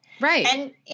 Right